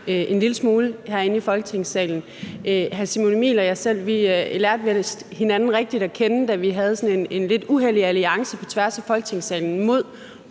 en lille smule herinde i Folketingssalen. Hr. Simon Emil Ammitzbøll-Bille og jeg selv lærte vel hinanden rigtigt at kende, da vi havde sådan en lidt uhellig alliance på tværs af Folketingssalen mod